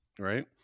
right